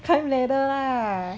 climb ladder lah